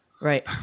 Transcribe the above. Right